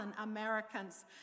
Americans